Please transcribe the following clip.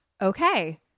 okay